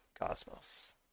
Cosmos